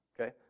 okay